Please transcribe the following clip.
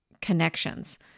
connections